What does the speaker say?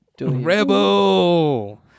Rebel